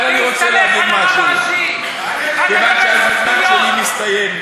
אבל אני רוצה להגיד משהו, כיוון שהזמן שלי מסתיים.